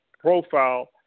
profile